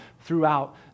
throughout